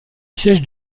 siège